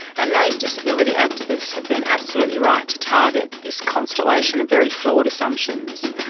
and those disability activists have been absolutely right to target this constellation of very flawed assumptions,